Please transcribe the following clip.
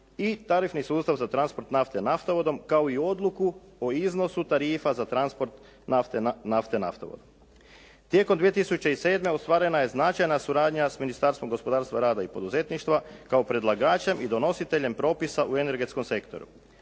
i tarifni sustav za transport nafte naftovodom kao i odluku o iznosu tarifa za transport nafte naftovodom. Tijekom 2007. ostvarena je značajna suradnja s Ministarstvom gospodarstva, rada i poduzetništva kao predlagačem i donositeljem propisa u energetskom sektoru.